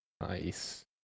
Nice